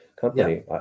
company